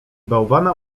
bałwana